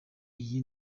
iyi